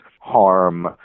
harm